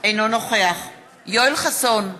אינו נוכח יואל חסון,